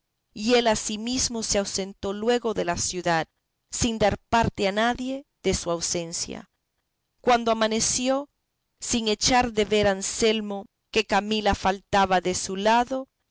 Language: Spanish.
y él ansimesmo se ausentó luego de la ciudad sin dar parte a nadie de su ausencia cuando amaneció sin echar de ver anselmo que camila faltaba de su lado